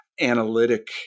analytic